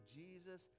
jesus